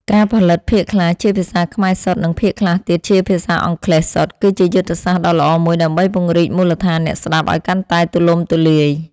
ការផលិតភាគខ្លះជាភាសាខ្មែរសុទ្ធ និងភាគខ្លះទៀតជាភាសាអង់គ្លេសសុទ្ធគឺជាយុទ្ធសាស្ត្រដ៏ល្អមួយដើម្បីពង្រីកមូលដ្ឋានអ្នកស្តាប់ឱ្យកាន់តែទូលំទូលាយ។